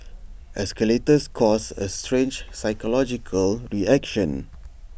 escalators cause A strange psychological reaction